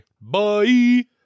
Bye